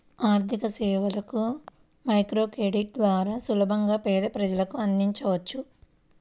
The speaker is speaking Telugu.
ఆర్థికసేవలను మైక్రోక్రెడిట్ ద్వారా సులభంగా పేద ప్రజలకు అందించవచ్చు